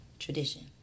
Tradition